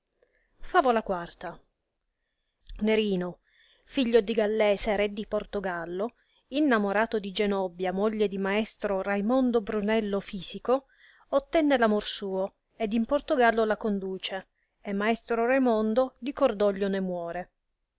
favola uh nerino figliuolo di gallese re di portogallo innamorato di ctenobbia moglie di maestro raimondo brunello fisico ottiene l amore suo ed in portogallo la conduce e maestro raimondo di cordoglio ne muore